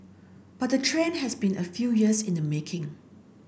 but the trend has been a few years in the making